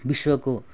विश्वको